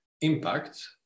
impact